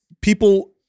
people